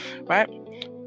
right